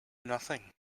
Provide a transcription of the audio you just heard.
nothing